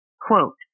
quote